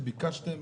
וביקשתם